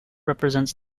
represents